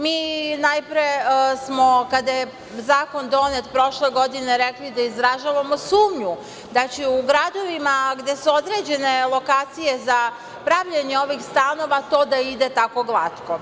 Mi najpre, kada je zakon donet prošle godine rekli da izražavamo sumnju da će u gradovima gde su određene lokacije za pravljenje ovih stanova to da ide tako glatko.